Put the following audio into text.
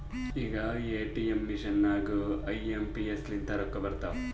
ಈಗ ATM machine ನಾಗೂ I M P S ಲಿಂತೆ ರೊಕ್ಕಾ ಬರ್ತಾವ್